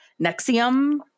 Nexium